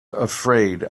afraid